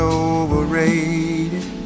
overrated